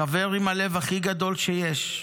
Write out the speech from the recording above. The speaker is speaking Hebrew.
החבר עם הלב הכי גדול שיש,